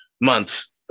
months